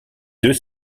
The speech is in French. deux